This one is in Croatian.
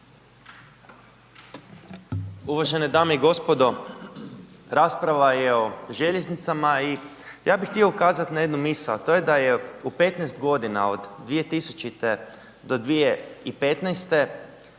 Uvažene dame i gospodo rasprava je o željeznicama i ja bih htio ukazati na jednu misao, a to je da je u 15 godina od 2000. do 2015.